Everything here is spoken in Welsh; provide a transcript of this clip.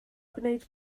gwneud